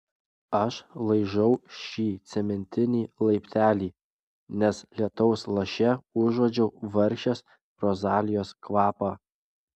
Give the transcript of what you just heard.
aš laižau šį cementinį laiptelį nes lietaus laše užuodžiau vargšės rozalijos kvapą